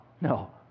No